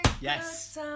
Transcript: Yes